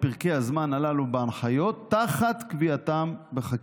פרקי הזמן הללו בהנחיות תחת קביעתם בחקיקה,